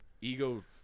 Ego